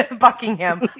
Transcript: Buckingham